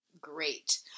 great